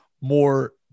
more